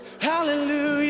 Hallelujah